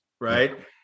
right